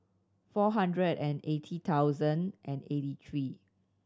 four hundred and eighty thousand and eighty three